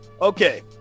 Okay